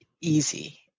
easy